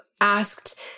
asked